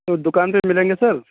تو دوکان پہ ملیں گے سر